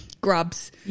grubs